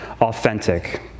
authentic